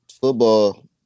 football